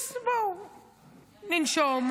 אז בואו ננשום.